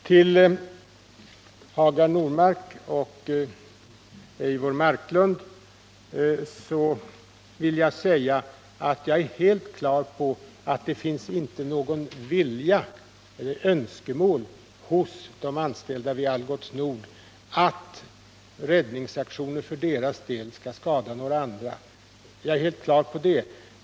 Till Hagar Normark och Eivor Marklund vill jag säga att jag är helt på det klara med att de anställda vid Algots Nord AB inte önskar att räddningsaktioner för dem skall skada några andra.